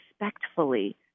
respectfully